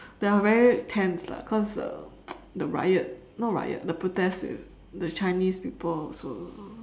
they are very tense lah cause the the riot no riot the protest with the chinese people also